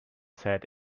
said